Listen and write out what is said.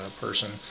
person